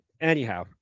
Anyhow